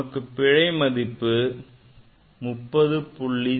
நமக்கு பிழை மதிப்பு 30